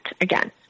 again